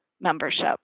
membership